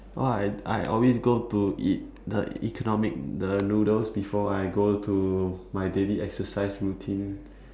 well I I always go to eat the economic the noodles before I go to my daily exercise routine